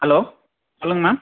hello சொல்லுங்கம்மா